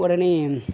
உடனே